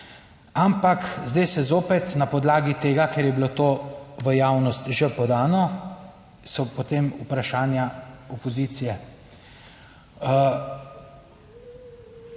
ampak zdaj se zopet na podlagi tega, ker je bilo to v javnost že podano, so potem vprašanja opozicije.